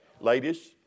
Ladies